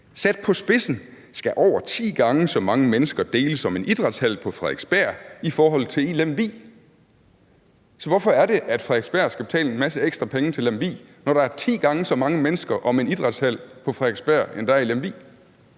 »Sat på spidsen skal over ti gange så mange mennesker deles om en idrætshal på Frederiksberg i forhold til i Lemvig.« Så hvorfor er det, at Frederiksberg skal betale en masse ekstra penge til Lemvig, når der er ti gange så mange mennesker om en idrætshal på Frederiksberg, end der er i Lemvig?